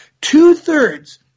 Two-thirds